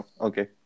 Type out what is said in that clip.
Okay